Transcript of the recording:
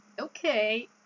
Okay